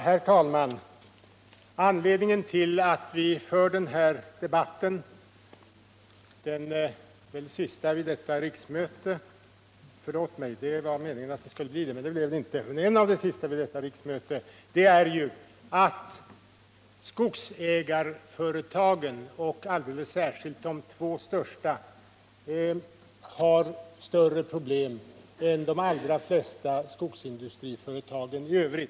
Herr talman! Anledningen till att vi för den här debatten —-en av de sista vid detta riksmöte — är ju att skogsägarföretagen, och alldeles särskilt de två största, har större problem än de allra flesta skogsindustriföretag i övrigt.